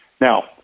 Now